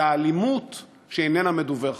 זו האלימות שאיננה מדווחת.